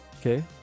okay